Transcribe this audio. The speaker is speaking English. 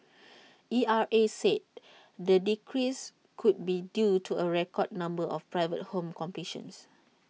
E R A said the decrease could be due to A record number of private home completions